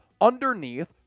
underneath